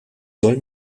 soll